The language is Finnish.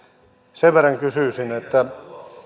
sen verran kysyisin että